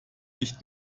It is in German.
nicht